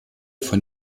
von